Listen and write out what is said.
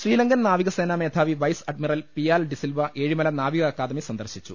ശ്രീലങ്കൻ നാവികസേനാ മേധാവി vice admiral Piyal De Silva Ezhimala നാവിക അക്കാദമി സന്ദർശിച്ചു